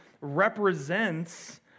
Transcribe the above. represents